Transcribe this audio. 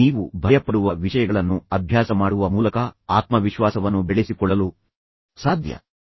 ನೀವು ಕೆಲವು ಆರಂಭಿಕ ಭಯ ಮತ್ತು ಆತಂಕವನ್ನು ಹೊಂದಿರಬಹುದು ಆದರೆ ನೀವು ಭಯಪಡುವ ವಿಷಯಗಳನ್ನು ಅಭ್ಯಾಸ ಮಾಡುವ ಮೂಲಕ ಆತ್ಮವಿಶ್ವಾಸವನ್ನು ಬೆಳೆಸಿಕೊಳ್ಳಲು ಸಾಧ್ಯವಾಗುತ್ತದೆ